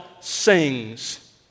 sings